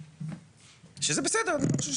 שזה בסדר.